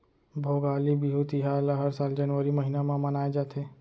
भोगाली बिहू तिहार ल हर साल जनवरी महिना म मनाए जाथे